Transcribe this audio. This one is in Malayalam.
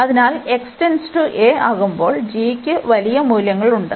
അതിനാൽ x → a ആകുമ്പോൽ gക്ക് വലിയ മൂല്യങ്ങളുണ്ട്